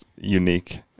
unique